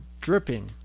dripping